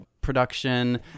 production